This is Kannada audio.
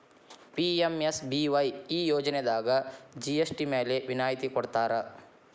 ಪಿ.ಎಂ.ಎಸ್.ಬಿ.ವಾಯ್ ಈ ಯೋಜನಾದಾಗ ಜಿ.ಎಸ್.ಟಿ ಮ್ಯಾಲೆ ವಿನಾಯತಿ ಕೊಡ್ತಾರಾ